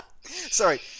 Sorry